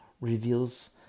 reveals